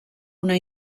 una